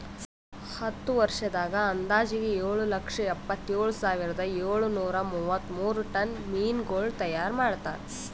ಹತ್ತು ವರ್ಷದಾಗ್ ಅಂದಾಜಿಗೆ ಏಳು ಲಕ್ಷ ಎಪ್ಪತ್ತೇಳು ಸಾವಿರದ ಏಳು ನೂರಾ ಮೂವತ್ಮೂರು ಟನ್ ಮೀನಗೊಳ್ ತೈಯಾರ್ ಮಾಡ್ತಾರ